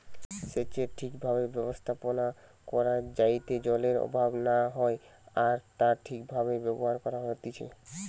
সেচের ঠিক ভাবে ব্যবস্থাপনা করা যাইতে জলের অভাব না হয় আর তা ঠিক ভাবে ব্যবহার করা হতিছে